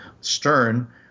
stern